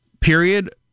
Period